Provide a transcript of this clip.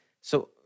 So-